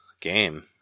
game